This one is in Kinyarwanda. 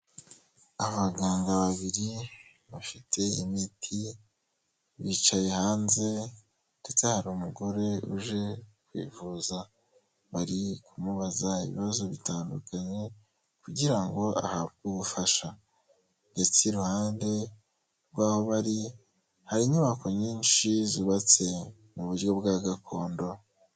Abaganga babiri bafite imiti bicaye hanze ndetse hari umugore uje kwivuza, bari kumubaza ibibazo bitandukanye kugira ngo ahabwe ubufasha ndetse iruhande rw'aho bari hari inyubako nyinshi zubatse mu buryo bwa gakondo.